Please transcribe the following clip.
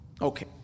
Okay